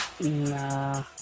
Nah